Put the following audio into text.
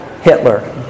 Hitler